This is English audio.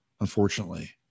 unfortunately